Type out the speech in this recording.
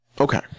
Okay